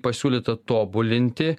pasiūlyta tobulinti